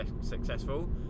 successful